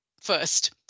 first